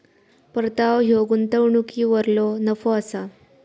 परतावो ह्यो गुंतवणुकीवरलो नफो असा